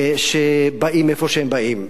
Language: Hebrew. שבאים מאיפה שהם באים,